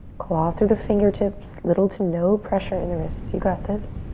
claw through the fingertips. little to no pressure in the wrists. you got this.